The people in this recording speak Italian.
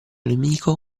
nemico